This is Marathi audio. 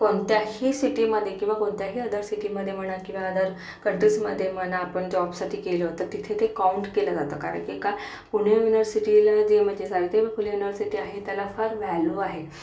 कोणत्याही सिटीमध्ये किंवा कोणत्याही अदर सिटीमध्ये म्हणा किंवा अदर कंट्रीजमध्ये म्हणा आपण जॉबसाठी गेलो तर तिथे ते काउंट केलं जातं कारण की का पुणे युनव्हर्सिटीला जी म्हणजे सावित्रीबाई फुले युनव्हर्सिटी आहे त्याला फार व्हॅल्यू आहे